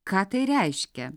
ką tai reiškia